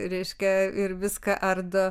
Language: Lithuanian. reiškia ir viską ardo